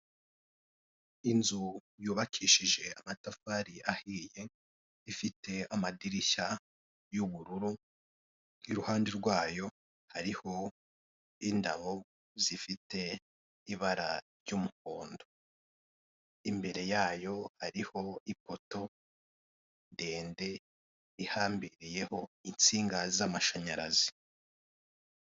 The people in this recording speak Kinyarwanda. Inzu yabakishije amatafari ahiye, ifite amadirishya y'ubururu, iruhande rwayo hariho indabo zifite ibara ry'umuhondo, imbere yayo hariho ipoto ndende ihambiriyeho insinga z'amashanyarazi.